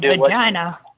vagina